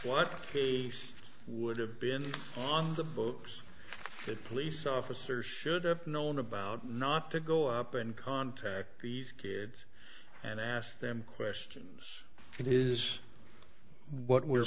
what case would have been on the books the police officer should have known about not to go up and contact these kids and ask them questions that is what we're